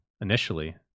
initially